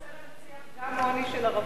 זה נכון,